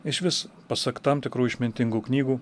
išvis pasak tam tikrų išmintingų knygų